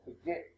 forget